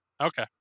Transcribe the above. Okay